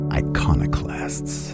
iconoclasts